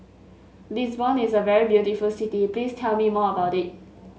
Lisbon is a very beautiful city please tell me more about it